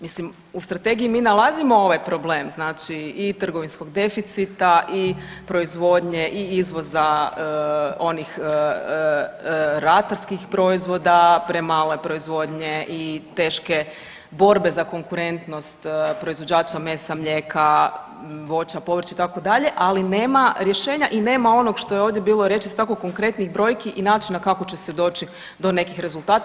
Mislim u strategiji mi nalazimo ovaj problem, znači i trgovinskog deficita i proizvodnje i izvoza onih ratarskih proizvoda premale proizvodnje i teške borbe za konkurentnost proizvođača mesa, mlijeka, voća, povrća itd. ali nema rješenja i nema onog što je ovdje bilo rečeno isto tako konkretnih brojki i načina kako će se doći do nekih rezultata.